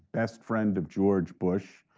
best friend of george bush,